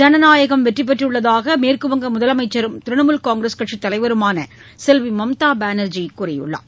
ஜனநாயகம் வெற்றி பெற்றுள்ளதாக மேற்குவங்க முதலமைச்சரும் திரிணாமுல் காங்கிரஸ் கட்சித்தலைவருமான செல்வி மம்தா பானர்ஜி கூறியுள்ளார்